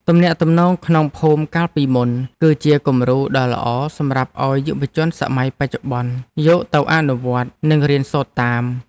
ទំនាក់ទំនងក្នុងភូមិកាលពីមុន គឺជាគំរូដ៏ល្អសម្រាប់ឱ្យយុវជនសម័យបច្ចុប្បន្នយកទៅអនុវត្ត និងរៀនសូត្រតាម។